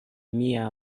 mia